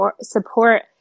support